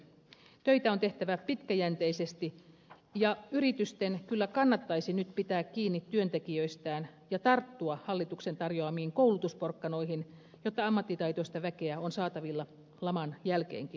töitä on tehtävä pitkäjänteisesti ja yritysten kyllä kannattaisi nyt pitää kiinni työntekijöistään ja tarttua hallituksen tarjoamiin koulutusporkkanoihin jotta ammattitaitoista väkeä on saatavilla laman jälkeenkin